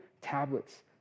tablets